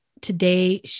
today